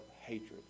hatred